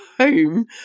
home